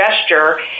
gesture